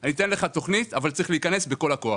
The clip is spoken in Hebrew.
אני אתן לך תוכנית, אבל צריך להיכנס בכל הכוח.